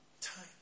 Time